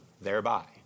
thereby